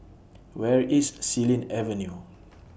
Where IS Xilin Avenue